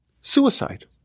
suicide